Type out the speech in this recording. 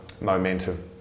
momentum